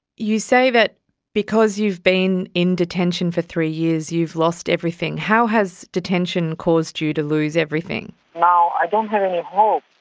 you say that because you've been in detention for three years you've lost everything. how has detention caused you to lose everything? now i don't have any hope.